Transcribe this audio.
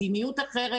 מדיניות אחרת,